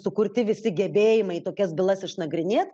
sukurti visi gebėjimai tokias bylas išnagrinėt